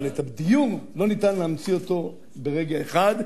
אבל את הדיור אי-אפשר להמציא ברגע אחד,